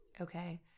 Okay